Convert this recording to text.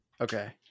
Okay